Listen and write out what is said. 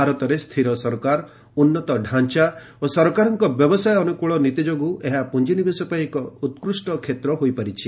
ଭାରତରେ ସ୍ଥିର ସରକାର ଉନ୍ନତ ଡାଞ୍ଚା ଓ ସରକାରଙ୍କ ବ୍ୟବସାୟ ଅନୁକୂଳ ନୀତି ଯୋଗୁଁ ଏହା ପୁଞ୍ଜିନିବେଶ ପାଇଁ ଏକ ଉତ୍କୃଷ୍ଟ କ୍ଷେତ୍ର ହୋଇପାରିଛି